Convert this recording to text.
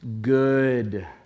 good